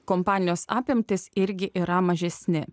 kompanijos apimtys irgi yra mažesni